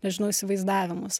nežinau įsivaizdavimus